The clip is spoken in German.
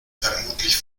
vermutlich